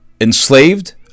enslaved